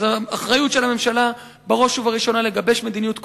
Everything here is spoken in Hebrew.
האחריות של הממשלה בראש ובראשונה היא לגבש מדיניות כוללת.